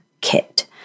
kit